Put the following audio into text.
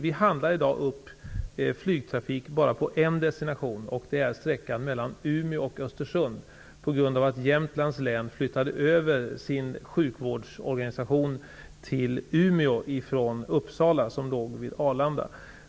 I dag handlar vi bara upp flygtrafik på en destination, och det är sträckan mellan Umeå och Östersund. Det sker på grund av att Jämtlands län flyttade över sin sjukvårdsorganisation till Umeå från Uppsala, som ligger vid Arlanda.